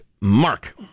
Mark